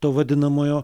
to vadinamojo